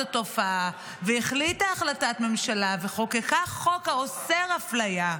התופעה והחליטה החלטת ממשלה וחוקקה חוק האוסר אפליה.